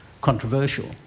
controversial